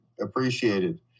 appreciated